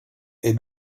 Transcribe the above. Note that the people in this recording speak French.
est